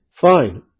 Fine